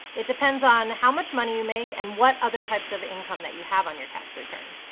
it depends on how much money you make and what other types of income that you have on your tax return.